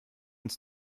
uns